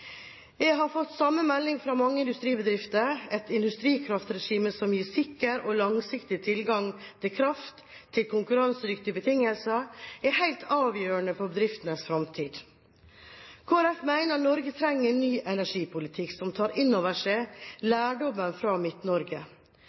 Jeg har fått samme melding fra mange industribedrifter: Et industrikraftregime som gir sikker og langsiktig tilgang til kraft til konkurransedyktige betingelser, er helt avgjørende for bedriftenes framtid. Kristelig Folkeparti mener at Norge trenger en ny energipolitikk som tar inn over seg lærdommen fra